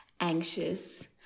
anxious